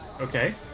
Okay